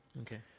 Okay